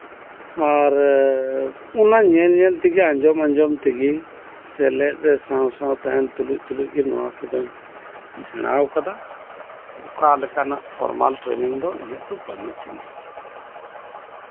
ᱟᱨ ᱚᱱᱟ ᱧᱮᱞ ᱧᱮᱞ ᱛᱮᱜᱮ ᱟᱸᱡᱚᱢ ᱟᱸᱡᱚᱢ ᱛᱮᱜᱮ ᱥᱮᱞᱮᱫᱨᱮ ᱥᱟᱶ ᱥᱟᱶ ᱛᱟᱸᱦᱮᱱ ᱛᱩᱞᱩᱪ ᱜᱮ ᱱᱚᱣᱟ ᱠᱚᱫᱚᱧ ᱥᱮᱲᱟᱶ ᱠᱟᱫᱟ ᱚᱱᱠᱟ ᱞᱮᱠᱟᱱᱟᱜ ᱯᱷᱚᱨᱢᱟᱞ ᱴᱮᱨᱱᱤᱝ ᱫᱚ ᱠᱤᱱᱛᱩ ᱵᱟᱹᱱᱩᱜ ᱛᱤᱧᱟ